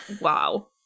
wow